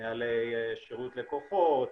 נוהלי שירות לקוחות,